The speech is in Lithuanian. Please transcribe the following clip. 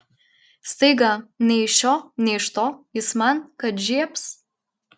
staiga nei iš šio nei iš to jis man kad žiebs